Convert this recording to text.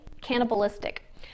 cannibalistic